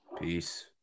Peace